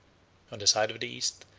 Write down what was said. on the side of the east,